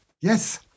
yes